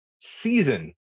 season